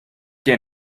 que